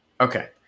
Okay